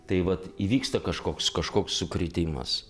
tai vat įvyksta kažkoks kažkoks sukrėtimas